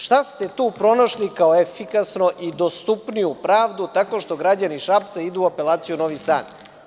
Šta ste tu pronašli kao efikasnu i dostupniju pravdu, tako što građani Šapca idu u apelaciju u Novi Sad?